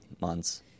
months